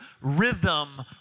rhythm